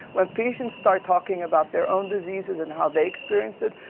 when patients start talking about their own diseases and how they experience it,